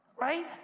right